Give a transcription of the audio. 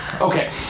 okay